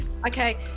okay